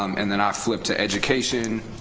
um and then i flipped to education,